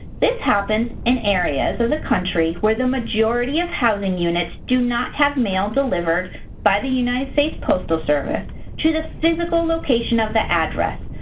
this happens in areas of the country where the majority of housing units do not have mail delivered by the united states postal service to the physical location of the address.